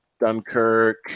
Dunkirk